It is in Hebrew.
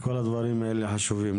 כל הדברים האלה חשובים,